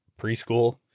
preschool